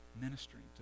ministering